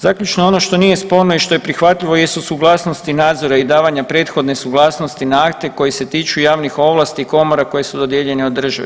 Zaključno, ono što nije sporno i što je prihvatljivo jesu suglasnosti nadzora i davanja prethodne suglasnosti na akte koji se tiču javnih ovlasti komora koje su dodijeljene od države.